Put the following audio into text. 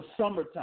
summertime